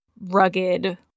rugged